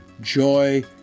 joy